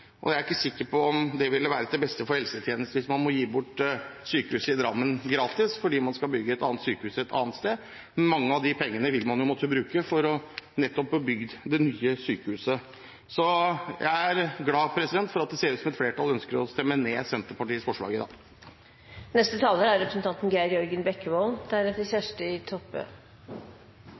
Jeg er ikke sikker på om det ville være til det beste for helsetjenesten hvis man måtte gi bort sykehuset i Drammen gratis fordi man skal bygge et annet sykehus et annet sted. Mange av de pengene ville man jo måtte bruke nettopp på å få bygd det nye sykehuset. Jeg er glad for at det ser ut som et flertall ønsker å stemme ned Senterpartiets forslag i dag.